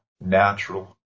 natural